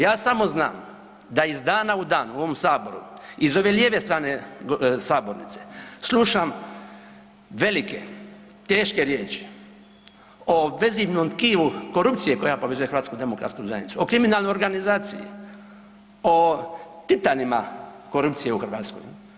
Ja samo znam da iz dana u dan u ovom saboru, iz ove lijeve strane sabornice, slušam velike teške riječi o vezivnom tkivu korupcije koja povezuje HDZ, o kriminalnoj organizaciji, o titanima korupcije u Hrvatske.